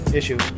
issue